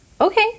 Okay